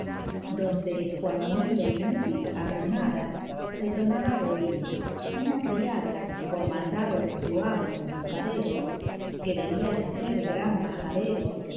donde cual mueble inútil arrimada se tomaba de orín una criada por mandado de su amo el posadero que debía de ser gran majadero se